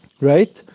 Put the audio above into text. right